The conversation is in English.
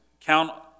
Count